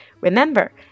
Remember